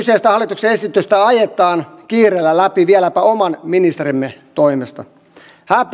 hallituksen esitystä ajetaan kiireellä läpi vieläpä oman ministerimme toimesta häpeällinen ei ole riittävän voimakas